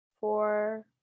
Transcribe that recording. four